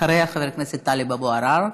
אחריה, חבר הכנסת טלב אבו עראר.